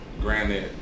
granted